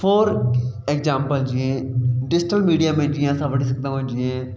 for example जीअं digital media में जीअं असां वठी सघंदा आहियूं जीअं